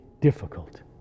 difficult